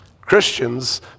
Christians